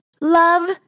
love